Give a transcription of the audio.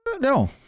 No